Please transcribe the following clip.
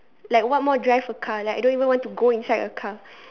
like what more drive a car like I don't want even go inside a car